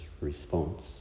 response